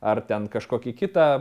ar ten kažkokį kitą